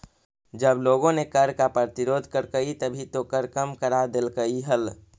जब लोगों ने कर का प्रतिरोध करकई तभी तो कर कम करा देलकइ हल